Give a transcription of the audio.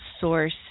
source